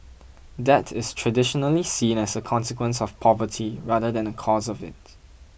debt is traditionally seen as a consequence of poverty rather than a cause of it